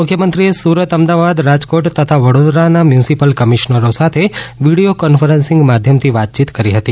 મુખ્યમંત્રીએ સુરત અમદાવાદ રાજકોટ તથા વડોદરાના મ્યુનિસિપલ કમિશનરો સાથે વીડિયો કોન્ફરન્સીંગ માધ્યમથી વાતચીત કરી હતી